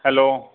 hello